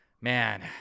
man